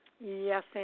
Yes